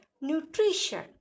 nutrition